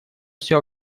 все